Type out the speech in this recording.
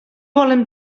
volem